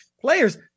players